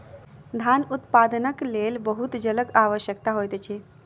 धान उत्पादनक लेल बहुत जलक आवश्यकता होइत अछि